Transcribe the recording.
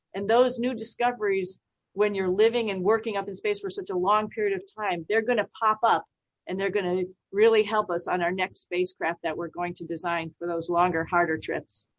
and those new discoveries when you're living and working up in space for such a long period of time, they're gonna pop up and they're gonna really help us on our next spacecraft that we're going to design for those longer harder trips.